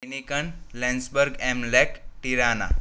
નિકન લેન્સબર્ગ એમલેક ટીરાના